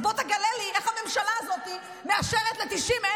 אז בוא תגלה לי איך הממשלה הזו מאשרת ל-90,000